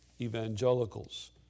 evangelicals